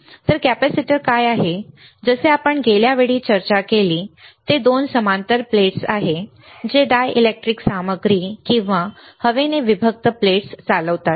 तर कॅपेसिटर काय आहेत जसे आपण गेल्या वेळी चर्चा केली ते दोन समांतर प्लेट्स आहेत जे डायलेक्ट्रिक सामग्री किंवा हवेने विभक्त प्लेट्स चालवतात